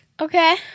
Okay